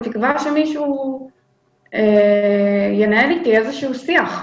בתקווה שמישהו ינהל איתי איזשהו שיח.